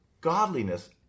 godliness